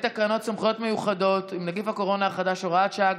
תקנות סמכויות מיוחדות להתמודדות עם נגיף הקורונה החדש (הוראת שעה)